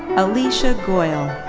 alisha goel.